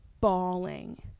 bawling